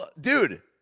Dude